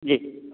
जी